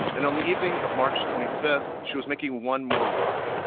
and on the evening of march twenty five, she was making one more run,